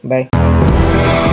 Bye